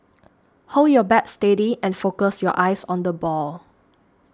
hold your bat steady and focus your eyes on the ball